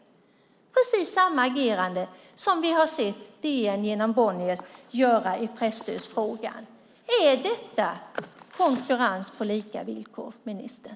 Det är precis samma agerande som det vi har sett DN genom Bonniers göra i presstödsfrågan. Är detta konkurrens på lika villkor, ministern?